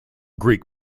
greek